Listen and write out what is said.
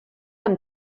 amb